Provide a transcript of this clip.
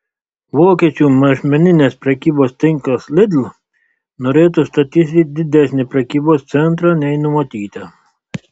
vokiečių mažmeninės prekybos tinklas lidl norėtų statyti didesnį prekybos centrą nei numatyta